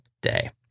day